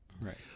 Right